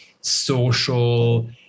social